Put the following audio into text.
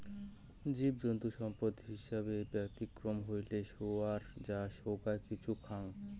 জীবজন্তু সম্পদ হিছাবে ব্যতিক্রম হইলেক শুয়োর যা সৌগ কিছু খায়ং